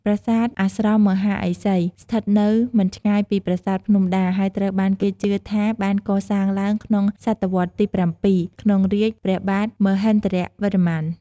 ប្រាសាទអាស្រមមហាឥសី ស្ថិតនៅមិនឆ្ងាយពីប្រាសាទភ្នំដា ហើយត្រូវបានគេជឿថាបានកសាងឡើងក្នុង សតវត្សរ៍ទី ៧ ក្នុងរាជ្យព្រះបាទមហេន្ទ្រវរ្ម័ន។